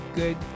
good